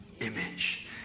image